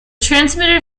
transmitter